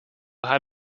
had